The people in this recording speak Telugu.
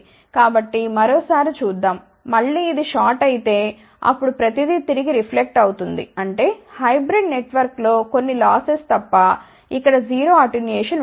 కాబట్టిమరో సారి చూద్దాం మళ్ళీ ఇది షార్ట్ అయితే అప్పుడు ప్రతిదీ తిరిగి రిఫ్లెక్ట్ అవుతుంది అంటే హైబ్రీడ్ నెట్వర్క్లో కొన్ని లాసెస్ తప్ప ఇక్కడ 0 అటెన్యుయేషన్ ఉంటుంది